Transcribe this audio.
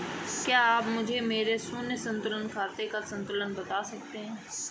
क्या आप मुझे मेरे शून्य संतुलन खाते का संतुलन बता सकते हैं?